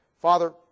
Father